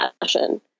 passion